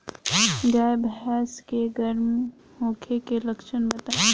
गाय भैंस के गर्म होखे के लक्षण बताई?